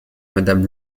madame